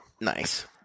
Nice